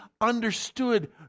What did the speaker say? understood